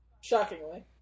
Shockingly